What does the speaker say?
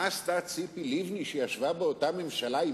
מה עשתה ציפי לבני, שישבה באותה ממשלה?